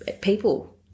people